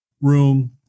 room